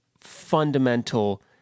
fundamental